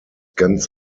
ganz